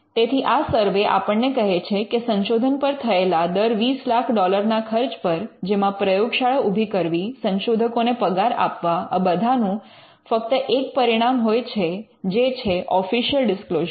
તેથી આ સર્વે આપણને કહે છે કે સંશોધન પર થયેલા દર 20 લાખ ડોલરના ખર્ચ પર જેમાં પ્રયોગશાળા ઊભી કરવી સંશોધકોને પગાર આપવા આ બધાનું ફક્ત એક પરિણામ હોય છે જે છે ઑફિશલ ડિસ્ક્લોઝર